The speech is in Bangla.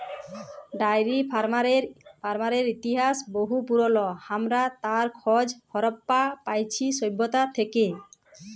ডায়েরি ফার্মিংয়ের ইতিহাস বহু পুরল, হামরা তার খজ হারাপ্পা পাইছি সভ্যতা থেক্যে